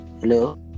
hello